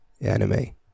anime